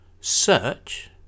search